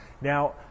Now